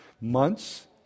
months